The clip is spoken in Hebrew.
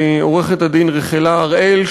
לעורכת-הדין רחלה הראל,